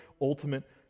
ultimate